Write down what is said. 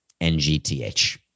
NGTH